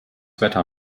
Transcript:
wetter